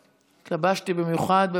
מס' 1785,